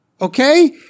Okay